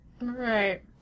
Right